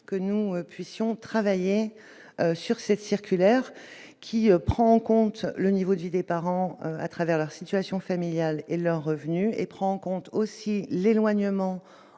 que nous puissions travailler sur cette circulaire, qui prend en compte le niveau de vie des parents à travers leur situation familiale et leurs revenus et prend en compte aussi l'éloignement